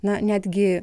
na netgi